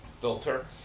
filter